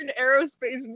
aerospace